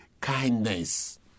kindness